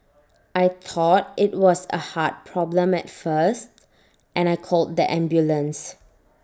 I thought IT was A heart problem at first and I called the ambulance